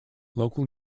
local